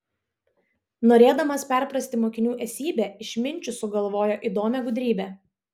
norėdamas perprasti mokinių esybę išminčius sugalvojo įdomią gudrybę